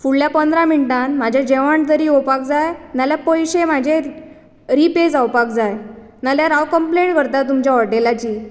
फुडल्या पंदरा मिनटान म्हजे जेवण तरी येवपाक जाय नाल्या पयशे म्हजे रीपे जावपाक जाय नाल्यार हांव कंम्पलेंट करता तुमच्या हॉटेलाची